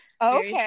Okay